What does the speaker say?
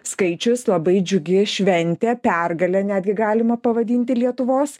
skaičius labai džiugi šventė pergalė netgi galima pavadinti lietuvos